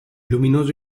luminoso